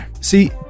See